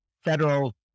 federal